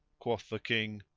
quoth the king,